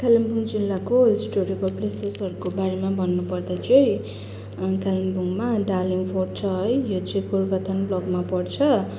कालिम्पोङ जिल्लाको हिस्टोरिकल प्लेसेसहरूको बारेमा भन्नुपर्दा चाहिँ कालिम्पोङमा दालिम फोर्ट छ है यो चाहिँ गोरुबथान ब्लकमा पर्छ